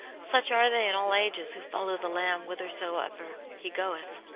such are they in all ages who follow the lamb whithersoever he goeth.